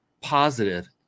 positive